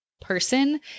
person